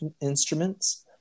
instruments